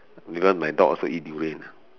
even my dog also eat durian